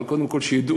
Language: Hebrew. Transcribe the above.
אבל קודם כול שידעו,